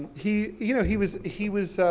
he, you know, he was, he was,